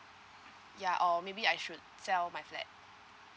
ya or maybe I should sell my flat